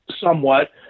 somewhat